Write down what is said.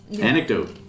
Anecdote